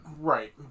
Right